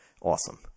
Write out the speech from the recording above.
awesome